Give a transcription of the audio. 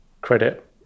credit